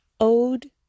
Ode